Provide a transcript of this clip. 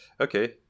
okay